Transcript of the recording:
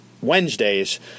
Wednesdays